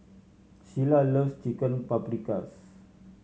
Shiela loves Chicken Paprikas